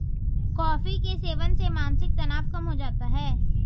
coffee के सेवन से मानसिक तनाव कम हो जाता है